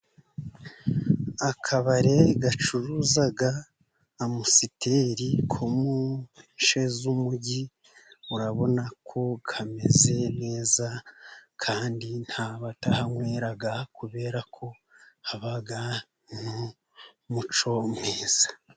Akabari gacuruza amusiteri, ko mu nce z'umugi. Urabona ko kameze neza, kandi ntabatahanwera kubera ko haba umuco mwiza.